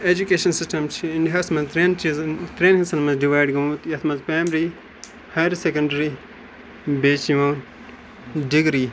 education system چھِ اِنڈیاہَس منٛز ترٛٮ۪ن چیٖزَن ترٛٮ۪ن حِصَن منٛز ڈِوایڈ گوٚمُت یَتھ منٛز پرٛایمری ہایر سکٮ۪نٛڈرٛی بیٚیہِ چھِ یِوان ڈِگری